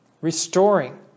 restoring